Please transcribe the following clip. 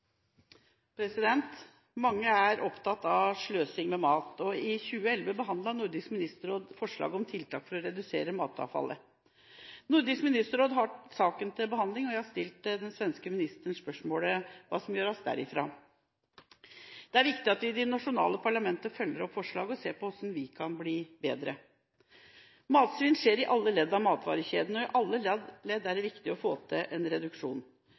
måte. Mange er opptatt av sløsing med mat. I 2011 behandlet Nordisk ministerråd et forslag om tiltak for å redusere matavfallet. Nordisk ministerråd har saken til behandling, og jeg har stilt den svenske ministeren spørsmål om hva som gjøres fra deres side. Det er viktig at vi i de nasjonale parlamenter følger opp forslaget og ser på hvordan vi kan bli bedre. Matsvinn skjer i alle ledd av matvarekjeden, og i alle ledd er det viktig å få til en reduksjon.